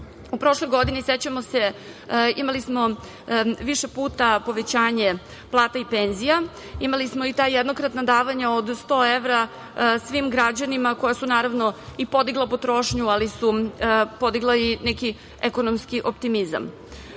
prošloj godini, sećamo se, imali smo više puta povećanje plata i penzija. Imali smo i ta jednokratna davanja od 100 evra svim građanima koja su naravno i podigla potrošnju, ali su podigla i neki ekonomski optimizam.Za